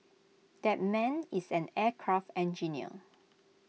that man is an aircraft engineer